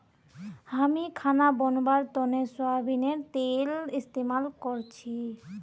हामी खाना बनव्वार तने सोयाबीनेर तेल इस्तेमाल करछी